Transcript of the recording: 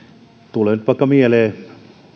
tulee nyt mieleen vaikka